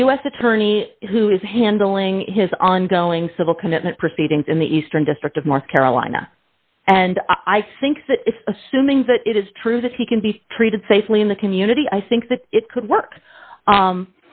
s attorney who is handling his ongoing civil commitment proceedings in the eastern district of north carolina and i think that assuming that it is true that he can be treated safely in the community i think that it could work